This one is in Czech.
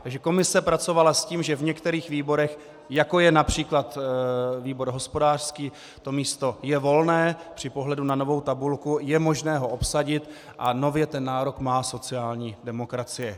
Takže komise pracovala s tím, že v některých výborech, jako je např. výbor hospodářský, to místo je volné při pohledu na novou tabulku, je možné ho obsadit a nově ten nárok má sociální demokracie.